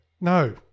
No